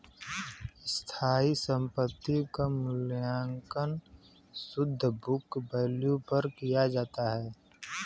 स्थायी संपत्ति क मूल्यांकन शुद्ध बुक वैल्यू पर किया जाता है